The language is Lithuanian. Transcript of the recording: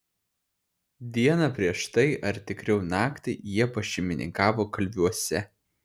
dieną prieš tai ar tikriau naktį jie pašeimininkavo kalviuose